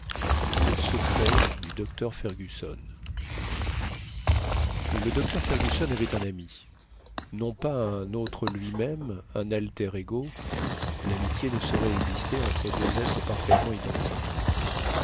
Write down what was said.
le secret du docteur fergusson le docteur fergusson avait un ami non pas un autre lui-même un alter ego l'amitié ne saurait exister entre deux êtres parfaitement identiques